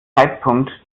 zeitpunkt